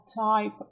type